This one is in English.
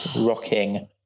rocking